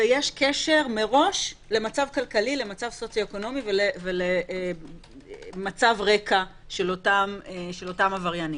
ויש קשר מראש למצב סוציו-אקונומי כלכלי ומצב רקע של אותם עבריינים.